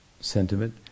sentiment